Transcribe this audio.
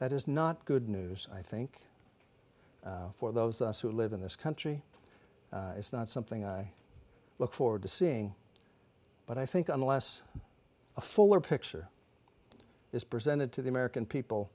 that is not good news i think for those of us who live in this country it's not something i look forward to seeing but i think unless a fuller picture is presented to the american people